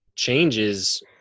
changes